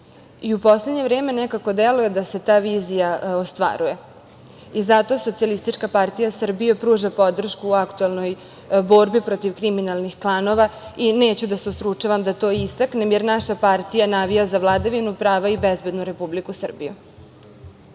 i u poslednje vreme nekako deluje da se ta vizija ostvaruje. Zato SPS pruža podršku aktuelnoj borbi protiv kriminalnih klanova i neću da se ustručavam da to istaknem, jer naša partija navija za vladavinu prava i bezbednu Republiku Srbiju.No,